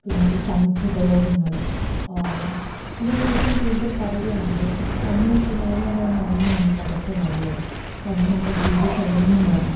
പിന്നെ ഈ സമീകൃത രോഗങ്ങൾ ഇതൊക്കെ ഏറ്റവും കൂടുതൽ പറയുകയാണെങ്കിൽ നമ്മളിപ്പോൾ നേരിടേണ്ടുന്ന ഒന്നാണ് ഈ പകർച്ചവ്യാധികൾ കാരണം നമ്മളുടെ ജീവിതശൈലിയിൽ നിന്നും വരാം